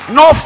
no